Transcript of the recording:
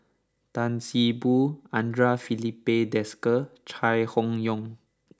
Tan See Boo Andre Filipe Desker Chai Hon Yoong